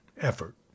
effort